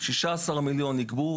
16 מיליון ש"ח ניגבו,